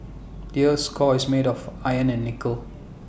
the Earth's core is made of iron and nickel